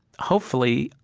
hopefully,